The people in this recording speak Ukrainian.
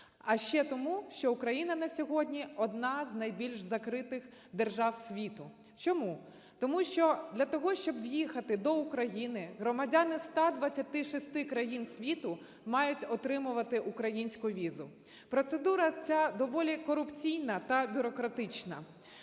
а ще тому, що Україна на сьогодні одна з найбільш закритих держав світу. Чому? Тому що для того, щоб в'їхати до України, громадяни 126 країн світу мають отримувати українську візу. Процедура ця доволі корупційна та бюрократична.